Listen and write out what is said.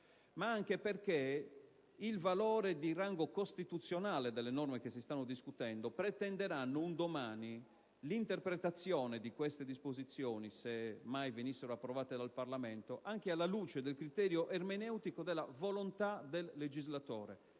ma anche perché il valore di rango costituzionale delle norme che si stanno discutendo pretenderà un domani l'interpretazione delle disposizioni - qualora venissero approvate dal Parlamento - anche alla luce del criterio ermeneutico della volontà del legislatore.